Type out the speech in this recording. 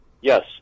Yes